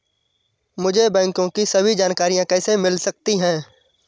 मुझे बैंकों की सभी जानकारियाँ कैसे मिल सकती हैं?